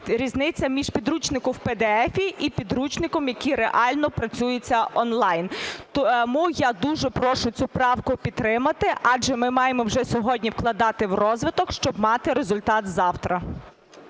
різниця між підручником в pdf і підручником, який реально працюється онлайн. Тому я дуже прошу цю правку підтримати, адже ми маємо вже сьогодні вкладати в розвиток, щоб мати результат завтра.